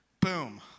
Boom